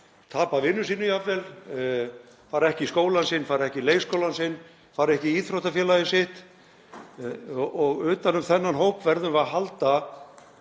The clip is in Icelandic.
tapa vinum sínum jafnvel, fara ekki í skólann sinn, fara ekki í leikskólann sinn, fara ekki í íþróttafélagið sitt. Utan um þennan hóp verðum við að halda